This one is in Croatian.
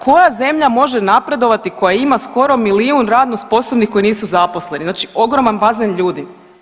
Koja zemlja može napredovati koja ima skoro milijun radno sposobnih koji nisu zaposleni, znači ogroman bazen ljudi?